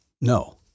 No